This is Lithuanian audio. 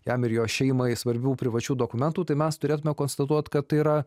jam ir jo šeimai svarbių privačių dokumentų tai mes turėtume konstatuot kad tai yra